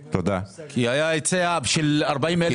--- כי היה היצע של 40,000 יחידות דיור.